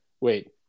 wait